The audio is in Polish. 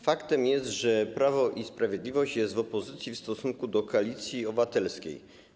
Faktem jest, że Prawo i Sprawiedliwość jest w opozycji w stosunku do Koalicji Obywatelskiej.